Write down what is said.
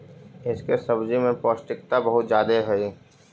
इसके सब्जी में पौष्टिकता बहुत ज्यादे हई